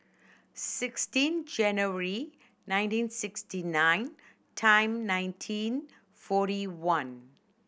sixteen January nineteen sixty nine time nineteen forty one